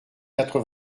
quatre